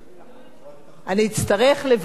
אני אצטרך לבקש במיוחד.